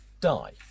die